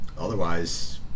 otherwise